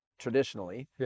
traditionally